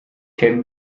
can